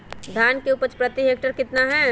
धान की उपज प्रति हेक्टेयर कितना है?